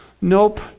Nope